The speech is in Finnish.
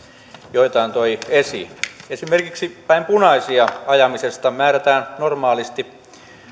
joitain toi esiin esimerkiksi päin punaisia ajamisesta määrätään normaalisti